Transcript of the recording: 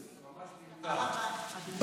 אריה דרעי.